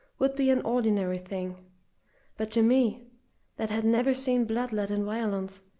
would be an ordinary thing but to me that had never seen blood let in violence,